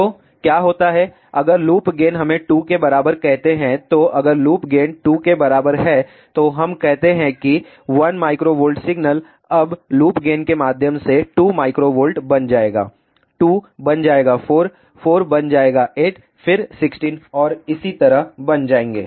तो क्या होता है अब अगर लूप गेन हमें 2 के बराबर कहते हैं तो अगर लूप गेन 2 के बराबर है तो हम कहते हैं कि 1 μV सिग्नल अब लूप गेन के माध्यम से 2 μV बन जाएगा 2 बन जाएगा 4 4 बन जाएगा 8 फिर 16 और इसी तरह बन जाएंगे